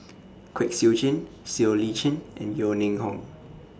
Kwek Siew Jin Siow Lee Chin and Yeo Ning Hong